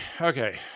Okay